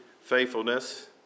faithfulness